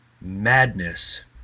madness